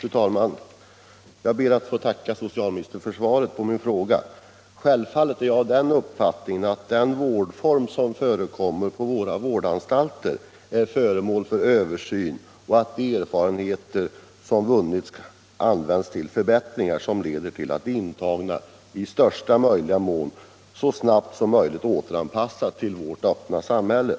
Fru talman! Jag ber att få tacka socialministern för svaret på min fråga. Självfallet har jag den uppfattningen att de erfarenheter som vunnits i den vård som förekommer på våra vårdanstalter och som är föremål för en översyn används till förbättringar, som leder till att de intagna i största möjliga mån och så snabbt som möjligt återanpassas till vårt öppna samhälle.